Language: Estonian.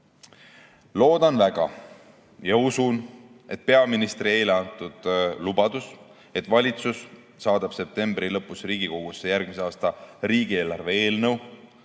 Loodan väga ja usun, et peaministri eile antud lubadus, et valitsus saadab septembri lõpus Riigikogusse järgmise aasta riigieelarve eelnõu,